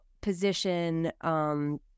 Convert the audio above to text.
position